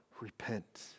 repent